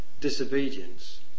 disobedience